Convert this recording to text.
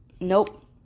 Nope